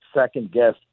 second-guess